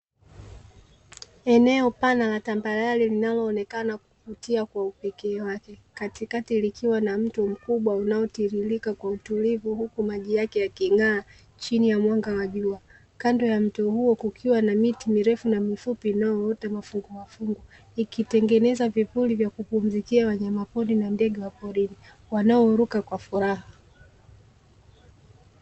Eneo pana la tambarale linaloonekana kuvutia kwa upekee wake, katikati likiwa na mto mkubwa unaotiririka kwa utulivu huku maji yake yaking'aa chini ya mwanga wa jua, kando ya mto huo kukiwa na miti mirefu na mifupi inayoota mafungu mafungu ikitengeneza vivuli vya kupumzikia wanyamapori na ndege wa porini wanaoruka kwa furaha.